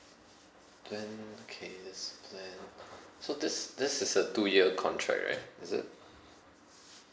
then okay this plan so this this is a two year contract right is it